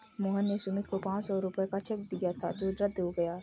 मोहन ने सुमित को पाँच सौ का चेक दिया था जो रद्द हो गया